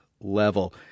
level